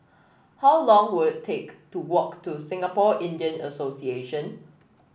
how long will it take to walk to Singapore Indian Association